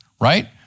right